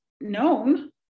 known